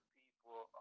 people